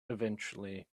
eventually